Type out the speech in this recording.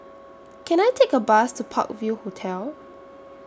Can I Take A Bus to Park View Hotel